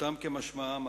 פשוטם כמשמעם,